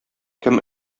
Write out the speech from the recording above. кем